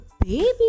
baby